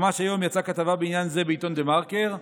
ממש היום יצאה כתבה בעניין זה בעיתון דה מרקר,